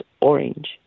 orange